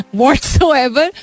whatsoever